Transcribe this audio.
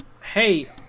hey